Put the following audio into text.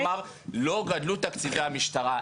הוא אמר: לא גדלו תקציבי המשטרה.